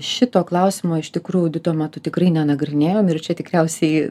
šito klausimo iš tikrųjų audito metu tikrai nenagrinėjom ir čia tikriausiai